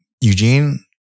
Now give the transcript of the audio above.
Eugene